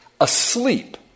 asleep